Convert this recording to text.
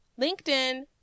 LinkedIn